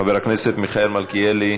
חבר הכנסת מיכאל מלכיאלי,